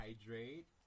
Hydrate